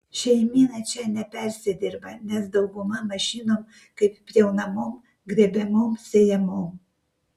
šeimyna čia nepersidirba nes dauguma mašinom kaip pjaunamom grėbiamom sėjamom